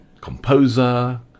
composer